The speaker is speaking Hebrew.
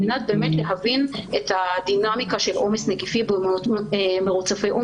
הנתון שהבאנו מתייחס ל-0.17 בקרב מחוסנים לעומת 0.3 בקרב הלא מחוסנים.